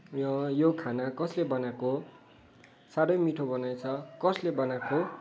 र यो खाना कसले बनाएको साह्रै मिठो बनाएछ कसले बनाएको